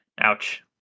Ouch